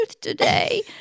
today